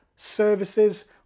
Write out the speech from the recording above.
services